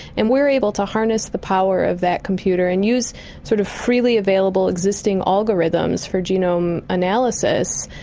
and we are able to harness the power of that computer and use sort of freely available existing algorithms for genome analysis,